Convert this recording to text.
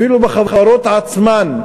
אפילו בחברות עצמן,